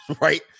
right